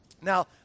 Now